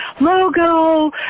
logo